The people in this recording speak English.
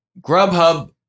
Grubhub